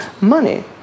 money